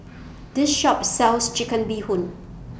This Shop sells Chicken Bee Hoon